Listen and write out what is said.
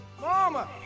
Mama